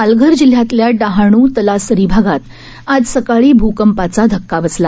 पालघर जिल्ह्यातल्या डहाण् तलासरी भागांत आज सकाळी भूकंपाचा धक्का बसला